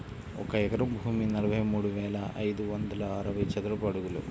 ఒక ఎకరం భూమి నలభై మూడు వేల ఐదు వందల అరవై చదరపు అడుగులు